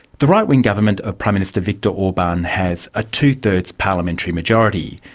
the right-wing government of prime minister viktor orban has a two-thirds parliamentary majority,